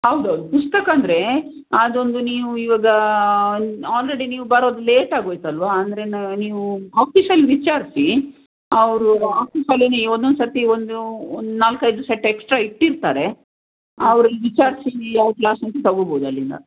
ಹೌದೌದು ಪುಸ್ತಕ ಅಂದರೆ ಅದೊಂದು ನೀವು ಇವಾಗ ಆಲ್ರೆಡಿ ನೀವು ಬರೋದು ಲೇಟ್ ಆಗೋಯ್ತು ಅಲ್ವಾ ಅಂದರೆ ನ ನೀವು ಆಫೀಸಲ್ಲಿ ವಿಚಾರಿಸಿ ಅವರು ಆಫೀಸಲ್ಲೇನೇ ಒಂದೊಂದು ಸರ್ತಿ ಒಂದು ಒಂದು ನಾಲ್ಕೈದು ಸೆಟ್ ಎಕ್ಸ್ಟ್ರಾ ಇಟ್ಟಿರ್ತಾರೆ ಅವರಲ್ಲಿ ವಿಚಾರಿಸಿ ನೀವು ಯಾವ ಕ್ಲಾಸ್ ಅಂತ ತೊಗೋಬೋದು ಅಲ್ಲಿಂದ